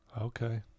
Okay